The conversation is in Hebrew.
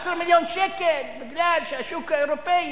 11 מיליון שקל בגלל השוק האירופי,